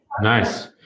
Nice